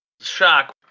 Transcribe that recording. Shock